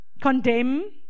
Condemn